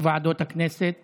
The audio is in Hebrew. ועדות הכנסת